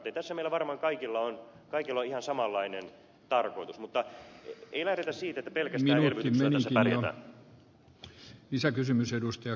tässä meillä varmaan kaikilla on ihan samanlainen tarkoitus mutta ei lähdetä siitä että pelkästään elvytyksellä tässä pärjätään